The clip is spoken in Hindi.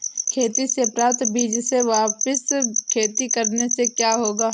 खेती से प्राप्त बीज से वापिस खेती करने से क्या होगा?